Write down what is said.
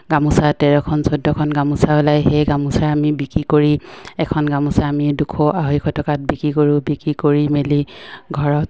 গামোচা তেৰখন চৈধ্যখন গামোচা ওলায় সেই গামোচা আমি বিক্ৰী কৰি এখন গামোচা আমি দুশ আঢ়ৈশ টকাত বিক্ৰী কৰোঁ বিক্ৰী কৰি মেলি ঘৰত